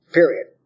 period